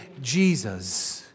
Jesus